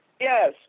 Yes